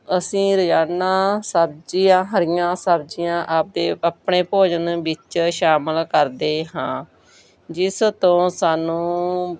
ਅਸੀਂ ਰੋਜ਼ਾਨਾ ਸਬਜ਼ੀਆਂ ਹਰੀਆਂ ਸਬਜ਼ੀਆਂ ਆਪੇ ਆਪਣੇ ਭੋਜਨ ਵਿੱਚ ਸ਼ਾਮਲ ਕਰਦੇ ਹਾਂ ਜਿਸ ਤੋਂ ਸਾਨੂੰ